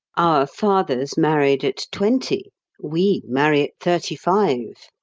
our fathers married at twenty we marry at thirty-five.